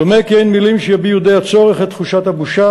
דומה כי אין מילים שיביעו די הצורך את תחושת הבושה